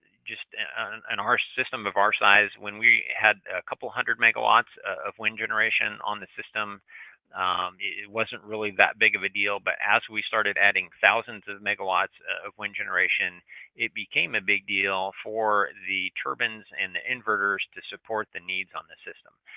just in and our system of our size, when we had a couple hundred megawatts of wind generation on the system it wasn't really that big of a deal. but as we started adding thousands of megawatts of wind generation it became a big deal for the turbines and the inverters to support the needs on the system.